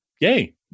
yay